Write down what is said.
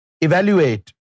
Evaluate